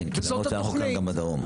כן, כי למרות שאנחנו כאן גם בדרום.